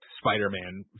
Spider-Man